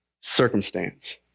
circumstance